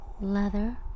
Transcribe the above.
Leather